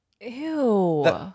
Ew